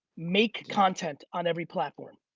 make content on every platform,